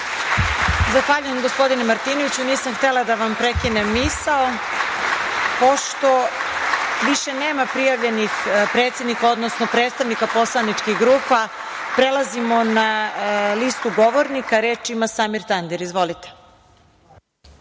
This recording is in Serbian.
Zahvaljujem, gospodine Martinoviću. Nisam htela da vam prekinem misao. Pošto više nema prijavljenih predsednika, odnosno predstavnika poslaničkih grupa, prelazimo na listu govornika. Reč ima Samir Tandir. Izvolite.